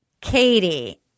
katie